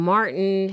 Martin